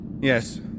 Yes